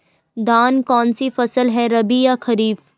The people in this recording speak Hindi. धान कौन सी फसल है रबी या खरीफ?